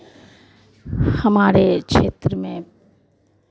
हमारे क्षेत्र में